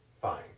Fine